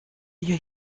ihr